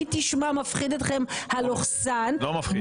מי תשמע מפחיד אתכם הלוכסן --- לא מפחיד.